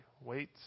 wait